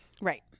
Right